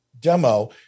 demo